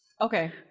Okay